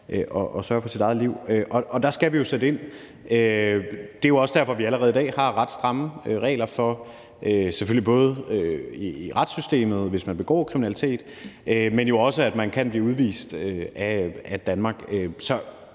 og sørge for sit eget liv. Der skal vi sætte ind. Det er også derfor, at vi allerede i dag har ret stramme regler i retssystemet, hvis man begår kriminalitet, men det gælder jo også, at man kan blive udvist af Danmark.